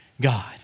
God